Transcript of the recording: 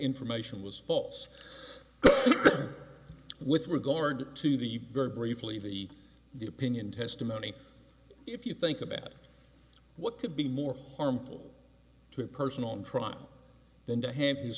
information was false with regard to the very briefly the the opinion testimony if you think about what could be more harmful to a person on trial th